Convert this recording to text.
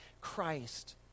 Christ